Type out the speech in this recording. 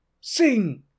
sing